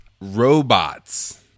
Robots